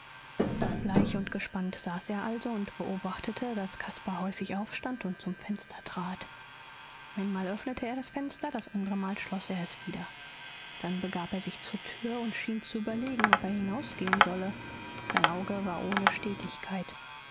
bleich und gespannt saß er also und beobachtete daß caspar häufig aufstand und zum fenster trat einmal öffnete er das fenster das andre mal schloß er es wieder dann begab er sich zur tür und schien zu überlegen ob er hinausgehen solle sein auge war ohne stetigkeit